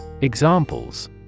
Examples